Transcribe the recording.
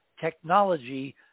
technology